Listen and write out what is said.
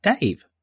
Dave